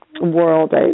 world